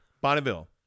Bonneville